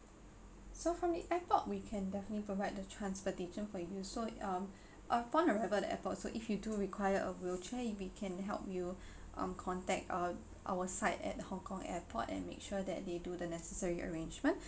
so from the airport we can definitely provide the transportation for you so you um upon arrival at the airport also if you do require a wheelchair if we can help you um contact uh our side at the hong-kong airport and make sure that they do the necessary arrangement